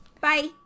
Bye